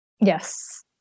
Yes